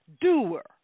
doer